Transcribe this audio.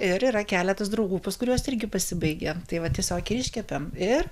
ir yra keletas draugų pas kuriuos irgi pasibaigė tai va tiesiog iškepėm ir